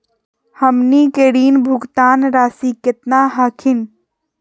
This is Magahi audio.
हमनी के ऋण भुगतान रासी केतना हखिन?